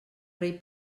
rei